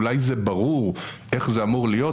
אולי זה ברור איך זה אמור להיות,